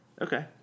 Okay